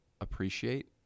appreciate